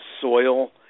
soil